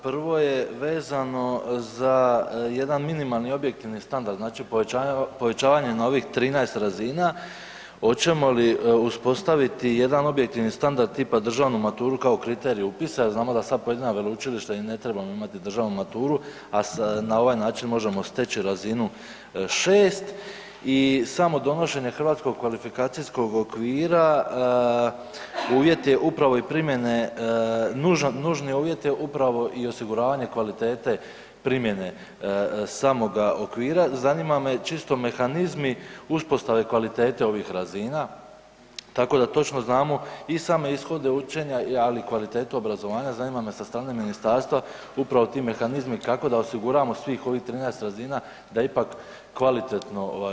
Prvo je vezano za jedan minimalni objektivni standard, znači povećavanje na ovih 13 razina, hoćemo li uspostaviti jedan objektivni standard, tipa državnu maturu kao kriterij upisa jer znamo da sad pojedina veleučilišta i ne trebaju imati državnu maturu, a na ovaj način možemo steći razinu 6 i samo donošenje HKO-a uvjet je upravo i primjene, nužni uvjet je upravo i osiguravanje kvalitete primjene samoga Okvira, zanima me, čisto mehanizmi uspostave kvalitete ovih razina, tako da točno znamo i same ishode učenja, ali i kvalitetu obrazovanja, zanima me sa strane Ministarstva upravo ti mehanizmi kako da osiguramo svih ovih 13 razina da ipak kvalitetno budu sprovodeni.